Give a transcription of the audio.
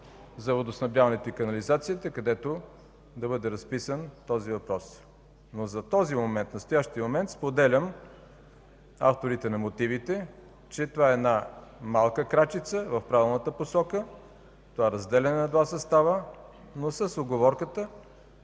за водоснабдяването и канализацията, където да бъде разписан този въпрос. За настоящия момент споделям казаното от авторите на мотивите, че това е малка крачица в правилната посока – това разделяне на два състава, но с уговорката,